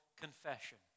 confession